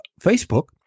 Facebook